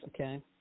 okay